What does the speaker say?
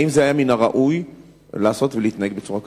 האם היה מן הראוי להתנהג בצורה כזאת?